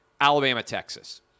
Alabama-Texas